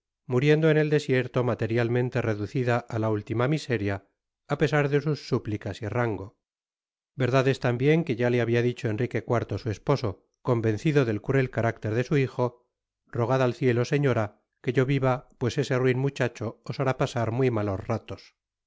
muriendo en et destierro materiatmente reducida á ta úttima miseria á pesar de sus súpticas y rango verdad es tambien que ya te babia dicho enrique iv su esposo convencido det cruet'carácter de su hijo rogad at cieto señora que yo vira pues ese ruin muchacho os hará pasar muy matos ratos